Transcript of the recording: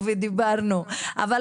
וגם